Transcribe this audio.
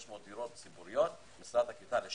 600 דירות ציבורית בשנה,